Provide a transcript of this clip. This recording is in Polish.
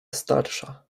starsza